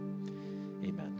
Amen